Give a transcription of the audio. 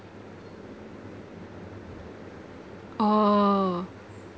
oh